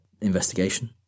investigation